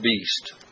beast